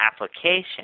application